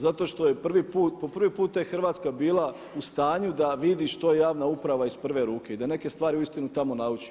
Zato što je po prvi puta Hrvatska bila u stanju da vidi što je javna uprava iz prve ruke i da neke stvari uistinu tamo nauči.